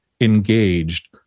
engaged